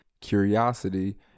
curiosity